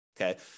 Okay